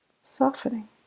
softening